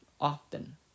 often